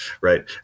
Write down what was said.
right